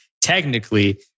technically